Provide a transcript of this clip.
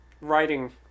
writing